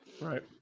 Right